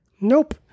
nope